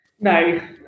No